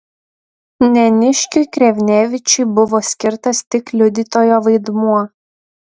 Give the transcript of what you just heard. neniškiui krevnevičiui buvo skirtas tik liudytojo vaidmuo